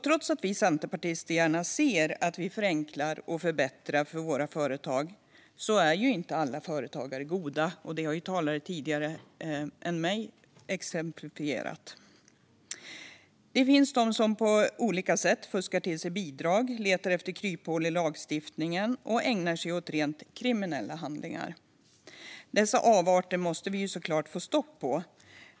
Trots att vi centerpartister gärna ser att vi förenklar och förbättrar för företagare är det inte alla företagare som är goda, vilket tidigare talare har exemplifierat. Det finns de som på olika sätt fuskar till sig bidrag, letar efter kryphål i lagstiftningen och ägnar sig åt rent kriminella handlingar. Dessa avarter måste vi såklart få stopp på.